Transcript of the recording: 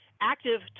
Active